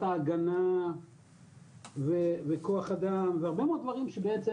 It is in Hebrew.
ההגנה וכוח אדם והרבה מאוד דברים שבעצם,